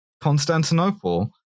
Constantinople